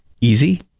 easy